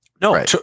No